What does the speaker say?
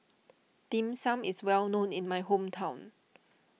Dim Sum is well known in my hometown